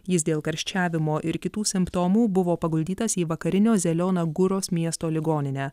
jis dėl karščiavimo ir kitų simptomų buvo paguldytas į vakarinio zeliona guros miesto ligoninę